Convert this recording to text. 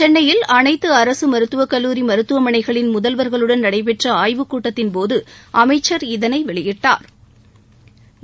சென்னையில் அனைத்து அரசு மருத்துவக் கல்லூரி மருத்துவமனைகளின் முதல்வா்களுடன் நடைபெற்ற ஆய்வுக் கூட்டத்தின்போது அமைச்சா் இதனை வெளியிட்டாா்